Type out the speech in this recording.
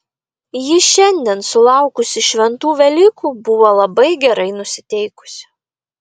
ji šiandien sulaukusi šventų velykų buvo labai gerai nusiteikusi